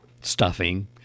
stuffing